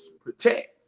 protect